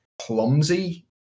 clumsy